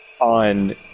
On